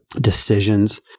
decisions